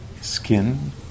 skin